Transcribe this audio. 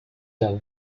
der